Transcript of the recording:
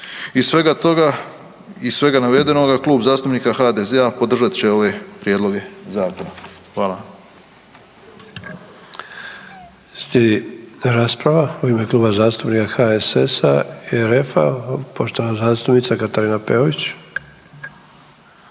Iz svega toga iz svega navedenoga Klub zastupnika HDZ-a podržat će ove prijedloge zakona. Hvala.